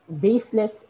baseless